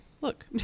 look